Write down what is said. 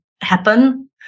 happen